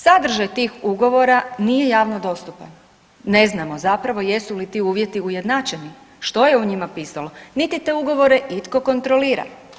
Sadržaj tih ugovora nije javno dostupan, ne znamo zapravo jesu li ti uvjeti ujednačeni, što je u njima pisalo niti te ugovore itko kontrolira.